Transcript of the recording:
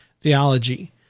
theology